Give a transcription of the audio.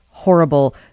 horrible